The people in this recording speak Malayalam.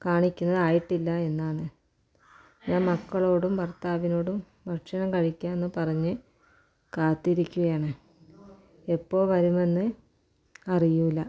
കാണിക്കുന്നത് ആയിട്ടില്ല എന്നാണ് ഞാൻ മക്കളോടും ഭർത്താവിനോടും ഭക്ഷണം കഴിക്കാമെന്ന് പറഞ്ഞ് കാത്തിരിക്കുകയാണ് എപ്പോള് വരുമെന്ന് അറിയൂല്ല